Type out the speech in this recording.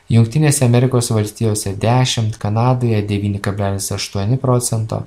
jungtinėse amerikos valstijose dešimt kanadoje devyni kablelis aštuoni procento